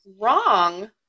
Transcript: Wrong